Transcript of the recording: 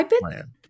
plan